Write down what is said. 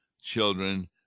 children